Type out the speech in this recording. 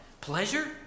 pleasure